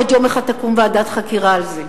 עוד תקום יום אחד ועדת חקירה על זה,